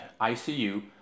ICU